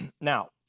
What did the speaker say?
Now